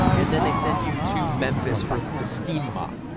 and then they send you to memphis for the steam mop.